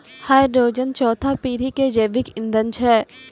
hydrogen चौथा पीढ़ी के जैविक ईंधन छै